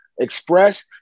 express